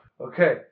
Okay